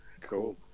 cool